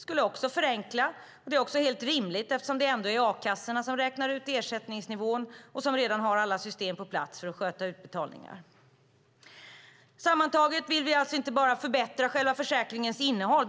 Även det skulle förenkla, och det är också helt rimligt eftersom det ändå är a-kassorna som räknar ut ersättningsnivån och som redan har alla system på plats för att sköta utbetalningarna. Sammantaget vill vi alltså inte bara förbättra själva försäkringens innehåll.